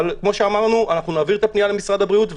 נעביר את הפנייה למשרד הבריאות,